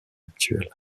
actuels